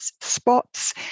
spots